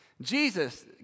Jesus